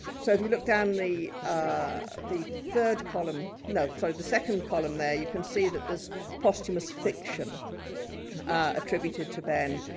so if you look down the ah the third column, no, sorry, the second column, there, you can see that there's posthumous fiction attributed to behn.